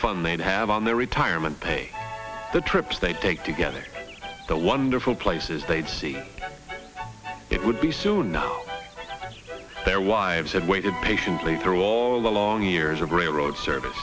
fun they'd have on their retirement pay the trips they take to get it the wonderful places they'd see it would be soon enough their wives had waited patiently through all the long years of railroad service